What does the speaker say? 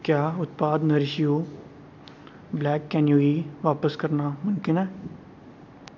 क्या उत्पाद nourish you black quinoa गी बापस करना मुमकन ऐ